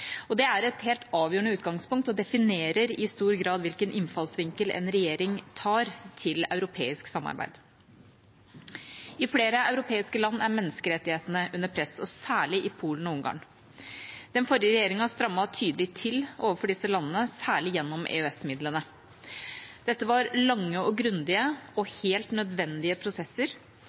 Det er et helt avgjørende utgangspunkt og definerer i stor grad hvilken innfallsvinkel en regjering tar til europeisk samarbeid. I flere europeiske land er menneskerettighetene under press, og særlig i Polen og Ungarn. Den forrige regjeringa strammet tydelig til overfor disse landene, særlig gjennom EØS-midlene. Dette var lange og grundige og helt nødvendige prosesser,